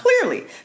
clearly